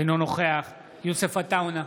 אינו נוכח יוסף עטאונה,